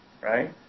right